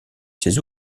ses